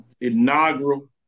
inaugural